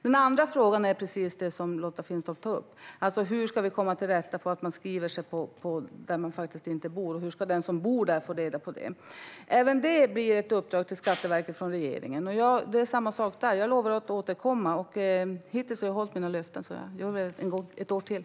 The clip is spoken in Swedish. Den andra frågan gäller precis det Lotta Finstorp tar upp, alltså hur vi ska komma till rätta med att människor skriver sig på adresser där de faktiskt inte bor - och hur den som bor där ska få reda på det. Även det blir ett uppdrag till Skatteverket från regeringen, och det är samma sak där: Jag lovar att återkomma. Hittills har jag hållit mina löften, så ge mig ett år till!